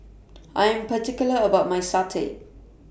I Am particular about My Satay